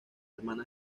hermana